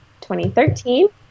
2013